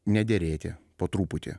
nederėti po truputį